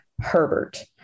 Herbert